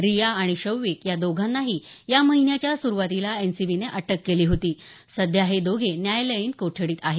रिया आणि शौविक या दोघांनाही या महिन्याच्या सुरुवातीला एनसीबीने अटक केली होती सध्या हे दोघे न्यायालयीन कोठडीत आहेत